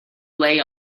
lay